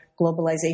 globalization